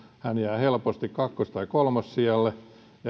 hän jää helposti kakkos tai kolmossijalle